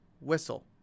whistle